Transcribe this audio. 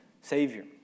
Savior